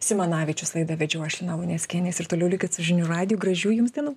simanavičius laidą vedžiau aš lina luneckienė jūs ir toliau likit su žinių radiju gražių jums dienų